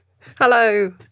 Hello